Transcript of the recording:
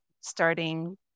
starting